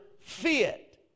fit